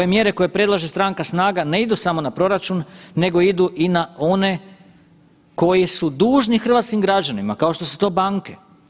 Ove mjere koje predlaže stranka SNAGA-e ne idu samo na proračun nego idu i na one koji su dužni hrvatskim građanima kao što su to banke.